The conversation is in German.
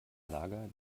lager